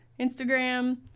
Instagram